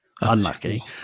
Unlucky